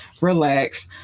relax